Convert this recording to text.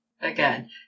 again